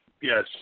Yes